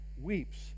weeps